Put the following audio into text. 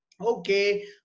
Okay